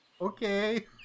okay